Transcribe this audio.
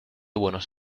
buenos